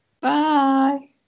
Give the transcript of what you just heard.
Bye